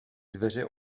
dveře